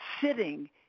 sitting